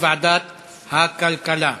לדיון מוקדם בוועדת הכלכלה נתקבלה.